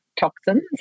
toxins